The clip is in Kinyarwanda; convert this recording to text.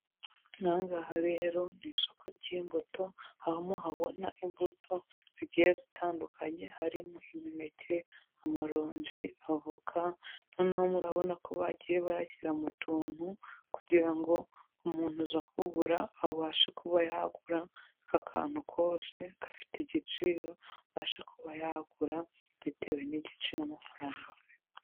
Ahangaha rero mu isoko ry'imbuto aho uhabona imbuto zigiye zitandukanye harimo imineke, amaronji, avoka noneho murabona ko bagiye bayashyira mu tuntu, kugira ngo umuntu uza kugura abashe kuba yagura akakantu kose gafite igiciro abasha kubayagura bitewe n'igitsin n'amafaranga.